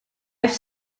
heeft